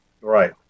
Right